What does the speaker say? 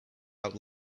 out